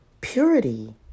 purity